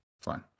Fine